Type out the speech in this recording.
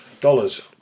dollars